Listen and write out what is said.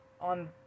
On